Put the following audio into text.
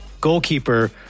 goalkeeper